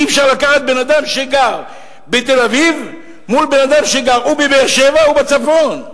אי-אפשר לקחת בן-אדם שגר בתל-אביב מול בן-אדם שגר בבאר-שבע או בצפון.